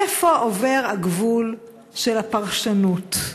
איפה עובר הגבול של הפרשנות?